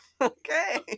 Okay